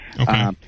Okay